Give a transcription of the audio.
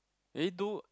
eh do